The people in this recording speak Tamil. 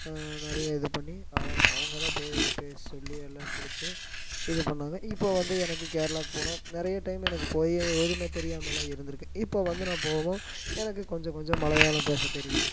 நிறையா இது பண்ணி அவுங் அவங்க தான் பே பேசி சொல்லி எல்லாம் கொடுத்து இது பண்ணிணாங்க இப்போ வந்து எனக்கு கேரளாவுக்கு போனால் நிறையா டைம் எனக்கு போய் எதுவுமே தெரியாமல்லா இருந்துருக்குது இப்போ வந்து நான் போவோம் எனக்கு கொஞ்சம் கொஞ்சம் மலையாளம் பேசத் தெரியும்